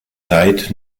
zeit